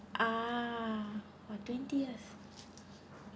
ah !wah! twenty years